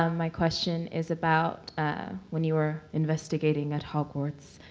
um my question is about when you were investigating at hogwarts,